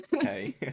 hey